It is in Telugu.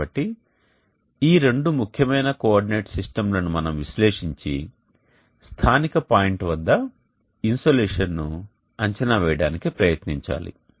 కాబట్టి ఈ రెండు ముఖ్యమైన కోఆర్డినేట్ సిస్టమ్ లను మనం విశ్లేషించి స్థానిక పాయింట్ వద్ద ఇన్సోలేషన్ను అంచనా వేయడానికి ప్రయత్నించాలి